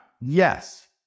Yes